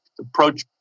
approach